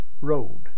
Road